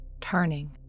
turning